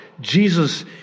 Jesus